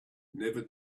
never